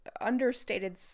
understated